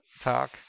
talk